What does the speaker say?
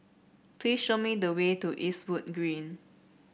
please show me the way to Eastwood Green